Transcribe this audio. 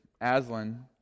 Aslan